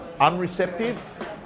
unreceptive